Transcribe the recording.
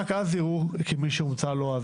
רק אז יראו כמי שהומצאה לו.